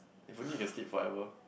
if only you can sleep forever